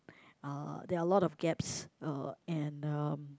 uh there are a lot of gaps uh and um